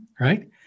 right